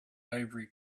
ivory